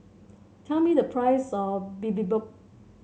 tell me the price of Bibimbap